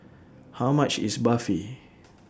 How much IS Barfi